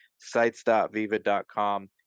Sites.viva.com